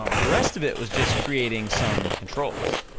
um the rest of it was just creating some controls.